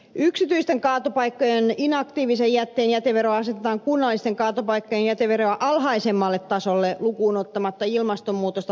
yksityisten kaatopaikkojen inaktiivisen jätteen jätevero asetetaan kunnallisten kaatopaikkojen jäteveroa alhaisemmalle tasolle lukuun ottamatta ilmastonmuutosta pahentavaa biojätettä